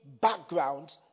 background